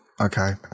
Okay